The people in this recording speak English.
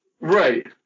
Right